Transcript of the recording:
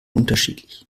unterschiedlich